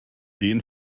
den